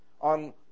on